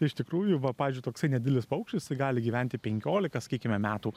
iš tikrųjų va pavyzdžiui toksai nedidelis paukštis jisai gali gyventi penkiolika sakykime metų